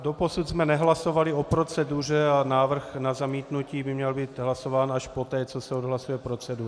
Doposud jsme nehlasovali o proceduře a návrh na zamítnutí by měl být hlasován až poté, co se odhlasuje procedura.